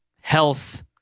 health